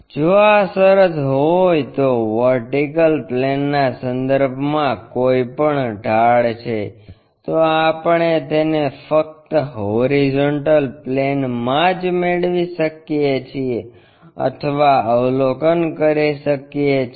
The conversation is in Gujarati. જો આ શરત હોય તો વર્ટિકલ પ્લેનના સંદર્ભમાં કોઈ પણ ઢાળ છે તો આપણે તેને ફક્ત હોરીઝોન્ટલ પ્લેનમાં જ મેળવી શકીએ છીએ અથવા અવલોકન કરી શકીએ છીએ